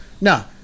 now